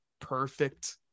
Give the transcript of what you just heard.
perfect